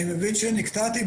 אני מבין שנקטעתי.